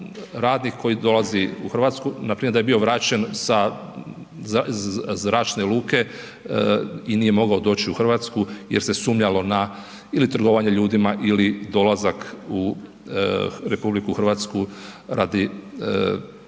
radnik koji dolazi u Hrvatsku, npr. da je bio vraćen sa zračne luke i nije mogao doći u Hrvatsku jer se sumnjalo na ili trgovanje ljudima ili dolazak u RH radi